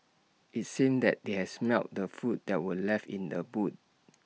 IT seemed that they had smelt the food that were left in the boot